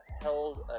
held